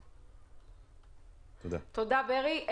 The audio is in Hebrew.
תודה, ברי.